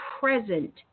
present